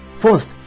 First